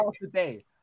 today